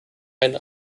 ein